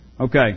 Okay